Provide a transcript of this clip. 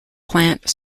plant